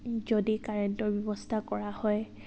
যদি কাৰেণ্টৰ ব্যৱস্থা কৰা হয়